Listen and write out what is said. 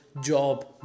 job